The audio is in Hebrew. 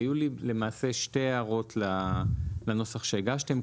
היו לי שתי הערות לנוסח שהגשתם.